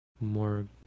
more